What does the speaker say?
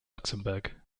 luxembourg